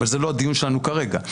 אבל זה לא הדיון שלנו כרגע.